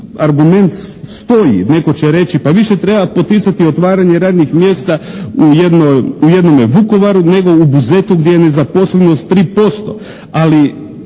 argument stoji, netko će reći pa više treba poticati otvaranje radnih mjesta u jednome Vukovaru nego u Buzetu gdje je nezaposlenost 3%.